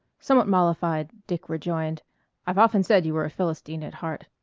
somewhat mollified, dick rejoined i've often said you were a philistine at heart.